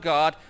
God